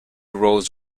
rose